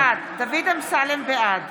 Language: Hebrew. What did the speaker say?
בעד